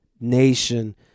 nation